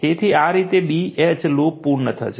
તેથી આ રીતે B H લૂપ પૂર્ણ થશે